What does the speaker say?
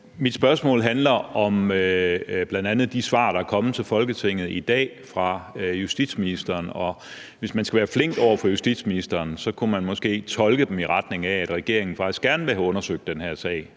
Mit spørgsmål handler bl.a. om de svar, der i dag er kommet til Folketinget fra justitsministeren, og hvis man skal være flink over for justitsministeren, kunne man måske tolke dem i retning af, at regeringen faktisk gerne vil have undersøgt den her sag